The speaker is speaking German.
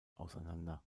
auseinander